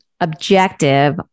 objective